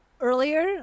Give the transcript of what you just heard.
earlier